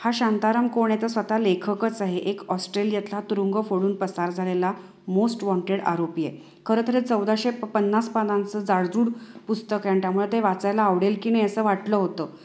हा शांताराम कोण आहे तर स्वतः लेखकच आहे एक ऑस्ट्रेलियातला तुरुंग फोडून पसार झालेला मोस्ट वॉन्टेड आरोपी आहे खरं तर चौदाशे प पन्नास पानांचं जाडजूड पुस्तक आहे आणि त्यामुळे ते वाचायला आवडेल की नाही असं वाटलं होतं